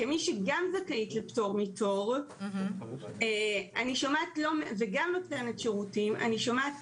כמי שגם זכאית לפטור מתור וגם נותנת שירותים אני שומעת